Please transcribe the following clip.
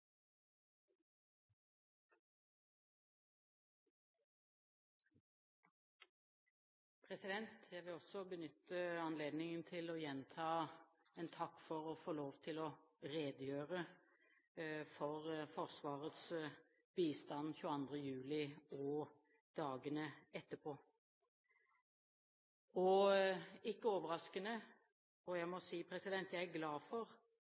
Jeg vil også benytte anledningen til å gjenta en takk for å få lov til å redegjøre for Forsvarets bistand 22. juli og dagene etterpå. Ikke overraskende – og jeg må si jeg er glad for